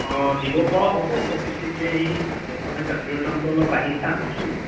দিব পৰা হ'ব বিশেষকৈ সেই এফালে গাখীৰৰ দামটো অলপ বাঢ়িছে আগতকৈ